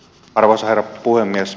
arvoisa herra puhemies